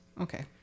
Okay